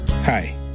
Hi